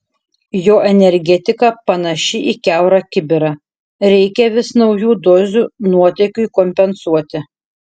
jo energetika panaši į kiaurą kibirą reikia vis naujų dozių nuotėkiui kompensuoti